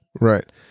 Right